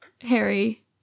Harry